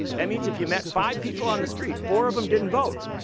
that means if you met five people on the street, four of them didn't vote.